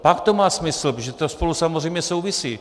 Pak to má smysl, protože to spolu samozřejmě souvisí.